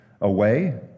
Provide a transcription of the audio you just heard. away